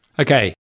Okay